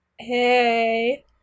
Hey